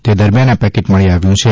તે દરમિયાન આ પેકેટ મળી આવ્યું છે